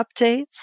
updates